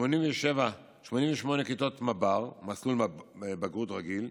88 כיתות מב"ר, מסלול בגרות רגיל,